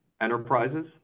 enterprises